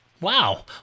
Wow